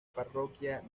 parroquia